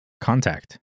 contact